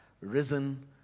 risen